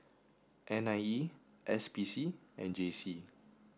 N I E S P C and J C